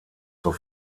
zur